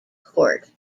court